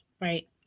Right